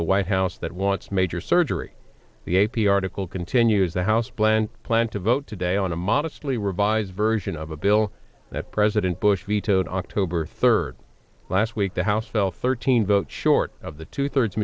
a white house that wants major surgery the a p article continues the house plan plan to vote today on a modestly revised version of a bill that president bush vetoed october third last week the house fell thirteen votes short of the two thirds